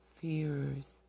fears